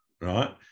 right